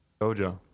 Dojo